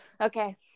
okay